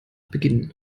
beginnen